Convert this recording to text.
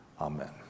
Amen